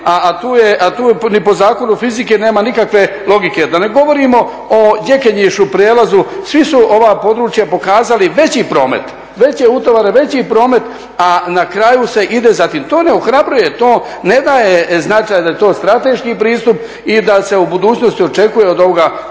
a tu ni po zakonu fizike nema nikakve logike, da ne govorimo o Đekenjišu prijelazu. Svi su ova područja pokazali veći promet, veće utovare, veći promet, a na kraju se ide za tim. To ne ohrabruje, to ne daje značaj da je to strateški pristup i da se u budućnosti očekuje od ovoga koridora